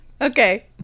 Okay